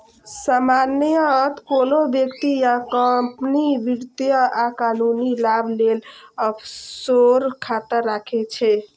सामान्यतः कोनो व्यक्ति या कंपनी वित्तीय आ कानूनी लाभ लेल ऑफसोर खाता राखै छै